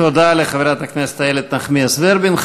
תודה לחברת הכנסת איילת נחמיאס ורבין.